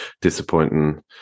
disappointing